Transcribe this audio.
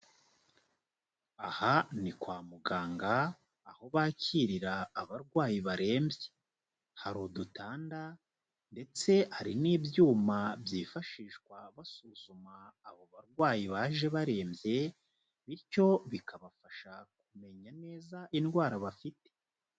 Aha ni kwa muganga aho bakirira abarwayi barembye, hari udutanda ndetse hari n'ibyuma byifashishwa basuzuma abo barwayi baje barembye bityo bikabafasha kumenya neza indwara bafite.